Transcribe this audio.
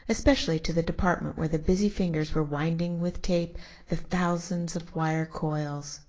especially to the department where the busy fingers were winding with tape the thousands of wire coils.